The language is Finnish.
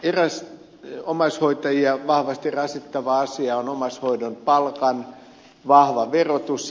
eräs omaishoitajia vahvasti rasittava asia on omaishoidon palkan vahva verotus